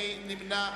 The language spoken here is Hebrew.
מי נמנע?